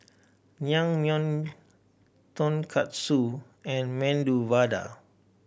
Naengmyeon Tonkatsu and Medu Vada